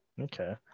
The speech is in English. Okay